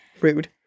Rude